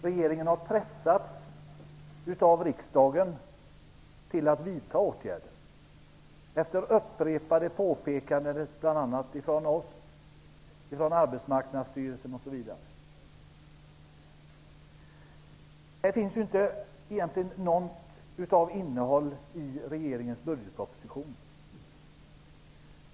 Regeringen har pressats av riksdagen till att vidta åtgärder efter upprepade påpekanden bl.a. från oss, Regeringens budgetproposition innehåller inte något om detta.